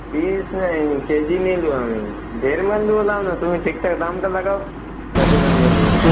piece নেই KG নি নেব আমি তো আমি তুমি ঠিকঠাক দামটা লাগাও বেশি মাল নিয়ে নেব